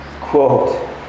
quote